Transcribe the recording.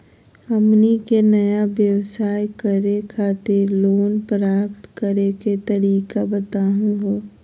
हमनी के नया व्यवसाय करै खातिर लोन प्राप्त करै के तरीका बताहु हो?